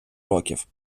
років